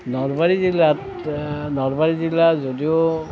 নলবাৰী জিলাত নলবাৰী জিলা যদিও